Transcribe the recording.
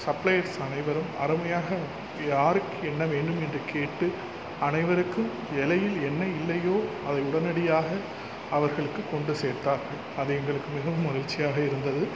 suppliers அனைவரும் அருமையாக யாருக்கு என்ன வேண்டும் என்று கேட்டு அனைவருக்கும் இலையில் என்ன இல்லையோ அதை உடனடியாக அவர்களுக்கு கொண்டு சேர்த்தார்கள் அது எங்களுக்கு மிகவும் மகிழ்ச்சியாக இருந்தது